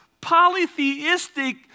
polytheistic